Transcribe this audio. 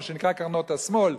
מה שנקרא קרנות השמאל,